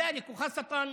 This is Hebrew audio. בכלל,